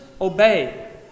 obey